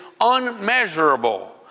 unmeasurable